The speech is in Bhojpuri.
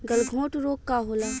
गलघोंटु रोग का होला?